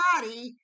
body